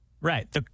Right